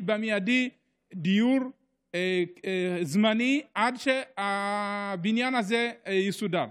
במיידי דיור זמני עד שהבניין הזה יסודר.